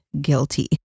guilty